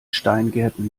steingärten